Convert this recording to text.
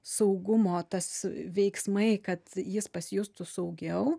saugumo tas veiksmai kad jis pasijustų saugiau